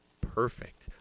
perfect